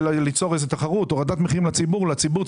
ליצור איזו תחרות ולהוריד מחירים לציבור.